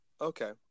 Okay